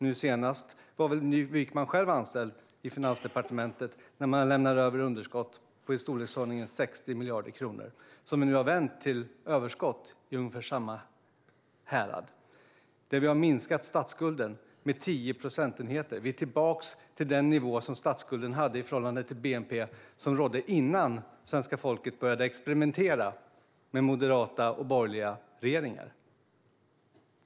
Nu senast var Wykman själv anställd i Finansdepartementet när man lämnade över underskott på i storleksordningen 60 miljarder kronor som vi nu har vänt till överskott i ungefär samma härad. Vi har minskat statsskulden med 10 procentenheter. Vi är tillbaka till den nivå som statsskulden hade i förhållande till bnp som rådde innan svenska folket började experimentera med moderata och borgerliga regeringar.